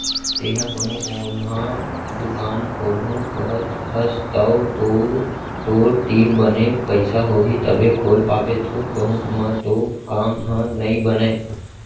तेंहा कोनो ओन्हा दुकान खोलहूँ कहत हस तव तो तोर तीर बने पइसा होही तभे खोल पाबे थोक बहुत म तो काम ह नइ बनय